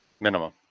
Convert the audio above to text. minimum